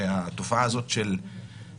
הרי התופעה הזאת של אסירים,